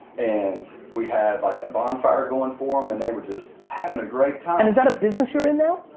and we had like a bonfire going for em. and they were just having a great time. and is that a business you're in now?